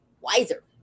wiser